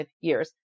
years